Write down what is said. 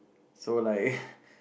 so like